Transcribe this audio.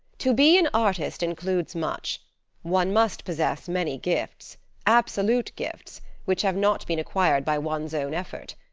to be an artist includes much one must possess many gifts absolute gifts which have not been acquired by one's own effort.